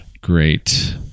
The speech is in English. great